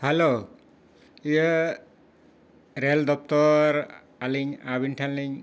hello ᱤᱭᱟᱹ rail ᱫᱚᱯᱛᱚᱨ ᱟᱹᱞᱤᱧ ᱟᱹᱵᱤᱱ ᱴᱷᱮᱱ ᱞᱤᱧ